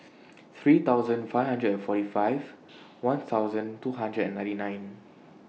three thousand five hundred and forty five one thousand two hundred and ninety nine